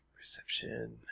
Perception